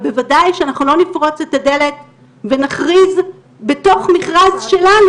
אבל בוודאי שאנחנו לא נפרוץ את הדלת ונכריז בתוך מכרז שלנו,